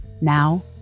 Now